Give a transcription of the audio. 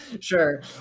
Sure